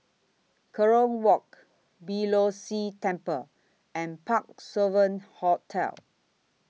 Kerong Walk Beeh Low See Temple and Parc Sovereign Hotel